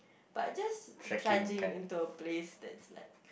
but just charging into a place that is like